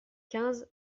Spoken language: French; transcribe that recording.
quinze